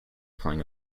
playing